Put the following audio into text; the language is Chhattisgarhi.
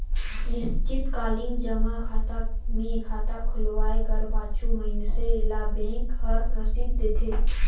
निस्चित कालीन जमा खाता मे खाता खोलवाए कर पाछू मइनसे ल बेंक हर रसीद देथे